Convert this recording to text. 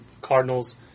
Cardinals